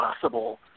possible